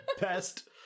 best